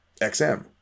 XM